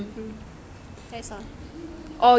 mm that's all